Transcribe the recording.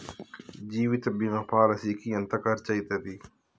జీవిత బీమా పాలసీకి ఎంత ఖర్చయితది?